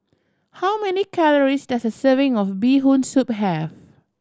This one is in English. how many calories does a serving of Bee Hoon Soup have